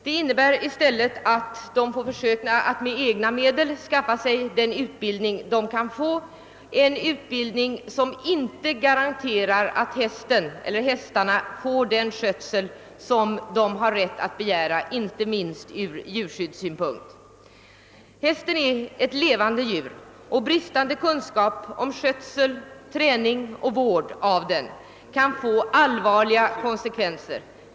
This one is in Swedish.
De får i stället på egen hand försöka skaffa sig sin utbildning — en utbildning som inte garanterar att hästarna får den skötsel man har rätt att begära, inte minst ur djurskyddssynpunkt. Hästen är en levande varelse, och bristande kunskap om skötsel, träning och vård av den kan få allvarliga konsekvenser.